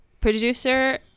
Producer